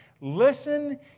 listen